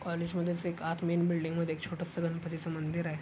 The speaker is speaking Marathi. कॉलेजमध्येच एक आत मेन बिल्डिंगमध्ये एक छोटसं गणपतीचं मंदिर आहे